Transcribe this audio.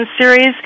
series